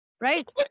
right